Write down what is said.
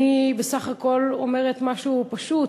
ואני בסך הכול אומרת משהו פשוט: